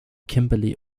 kimberly